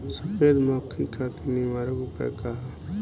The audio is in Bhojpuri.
सफेद मक्खी खातिर निवारक उपाय का ह?